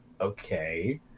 okay